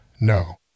No